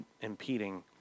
impeding